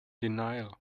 denial